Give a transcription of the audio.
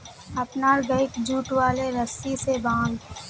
अपनार गइक जुट वाले रस्सी स बांध